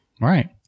Right